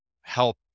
help